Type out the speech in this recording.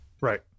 Right